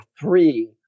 three